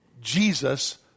Jesus